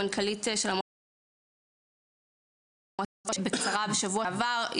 המנכ"לית של המועצה דיברה על זה בקצרה בשבוע שעבר.